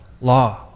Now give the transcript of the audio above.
law